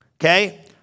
okay